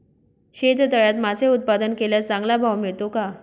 शेततळ्यात मासे उत्पादन केल्यास चांगला भाव मिळतो का?